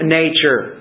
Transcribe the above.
nature